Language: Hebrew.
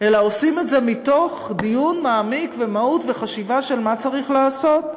אלא עושים את זה מתוך דיון מעמיק ומהות וחשיבה של מה צריך לעשות.